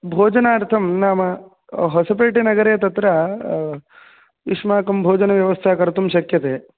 भोजनार्थं नाम होसपेटे नगते तत्र युष्माकं भोजनव्यवस्था कर्तुं शक्यते